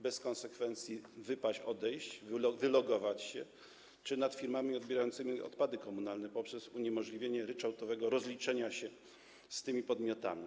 bez konsekwencji, odejść, wylogować się, czy nad firmami odbierającymi odpady komunalne poprzez uniemożliwienie ryczałtowego rozliczenia się z tymi podmiotami.